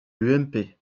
l’ump